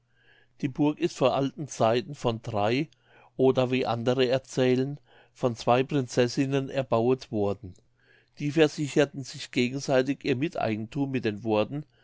die burg ist vor alten zeiten von drei oder wie andere erzählen von zwei prinzessinnen erbauet worden die versicherten sich gegenseitig ihr miteigenthum mit den worten